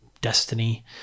destiny